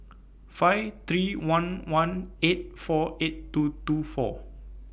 five three one one eight four eight two two four